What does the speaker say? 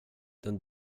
den